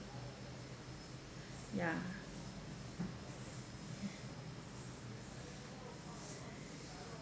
ya